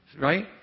right